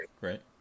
right